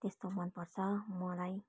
त्यस्तो मन पर्छ मलाई